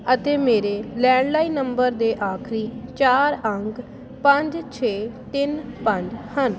ਅਤੇ ਮੇਰੇ landline number ਦੇ ਆਖਰੀ ਚਾਰ ਅੰਕ ਪੰਜ ਛੇ ਤਿੰਨ ਪੰਜ ਹਨ